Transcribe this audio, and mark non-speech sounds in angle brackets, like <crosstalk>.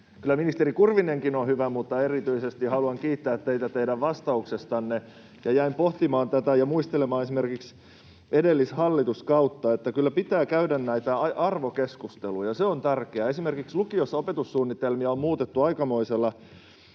ministeri Kurvinenkin on hyvä, <laughs> mutta erityisesti haluan kiittää teitä teidän vastauksestanne. Jäin pohtimaan tätä ja muistelemaan esimerkiksi edellishallituskautta, että kyllä pitää käydä näitä arvokeskusteluja, se on tärkeää. Esimerkiksi lukiossa opetussuunnitelmia on muutettu aikamoisella